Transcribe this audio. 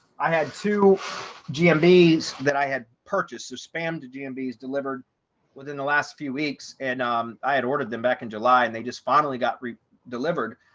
i had two gm b's that i had purchased to spam to gm b's delivered within the last few weeks. and um i had ordered them back in july. and they just finally got delivered.